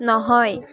নহয়